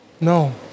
No